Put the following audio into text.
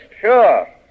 Sure